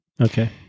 Okay